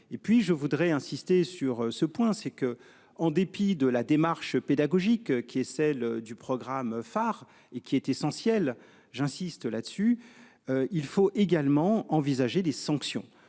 et puis je voudrais insister sur ce point, c'est que, en dépit de la démarche pédagogique qui est celle du programme phare et qui est essentiel. J'insiste là-dessus. Il faut également envisager des sanctions,